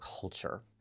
culture